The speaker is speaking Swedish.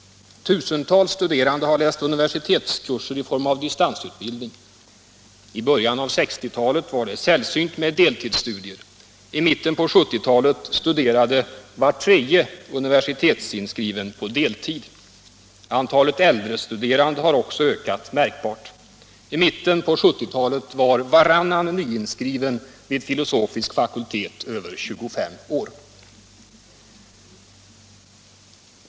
Tusentals studerande har läst universitetskurser i form av distansutbildning. I början av 1960-talet var det sällsynt med deltidsstudier. I mitten av 1970-talet studerade var tredje universitetsinskriven på deltid. Antalet äldrestuderande har också ökat märkbart. I mitten av 1970-talet var varannan nyinskriven vid filosofisk fakultet över 25 år.